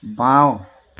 বাওঁ